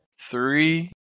Three